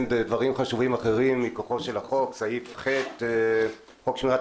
דברים חשובים אחרים מכוחו של החוק דוגמת סעיף ח בחוק שמירת